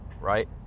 right